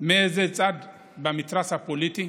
מאיזה צד של המתרס הפוליטי,